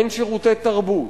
אין שירותי תרבות,